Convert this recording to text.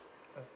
uh